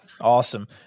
Awesome